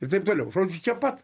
ir taip toliau žodžiu čia pat